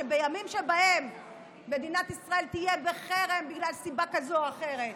שבימים שבהם מדינת ישראל תהיה בחרם בגלל סיבה כזאת או אחרת,